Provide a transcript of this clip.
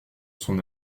son